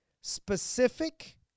specific